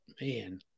man